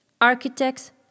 Architects